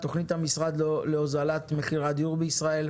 תוכנית המשרד להוזלת מחיר הדיור בישראל,